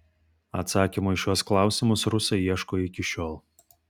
atsakymų į šiuos klausimus rusai ieško iki šiol